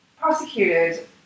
prosecuted